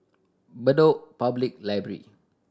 Bedok Public Library